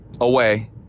away